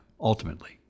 ultimately